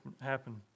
happen